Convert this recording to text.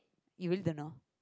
you really don't know